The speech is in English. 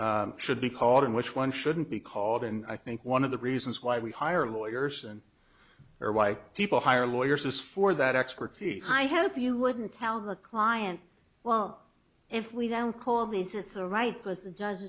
should be called in which one shouldn't be called and i think one of the reasons why we hire lawyers and or why people hire lawyers is for that expertise i hope you wouldn't tell the client well if we don't call these it's a right because the judge